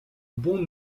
bon